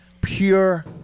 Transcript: Pure